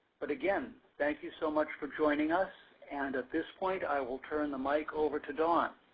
but again, thank you so much for joining us. and at this point, i will turn the mic over to dawn.